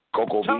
Coco